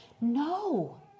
No